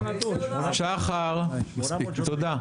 שחר, תודה.